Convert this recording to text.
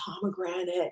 pomegranate